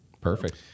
Perfect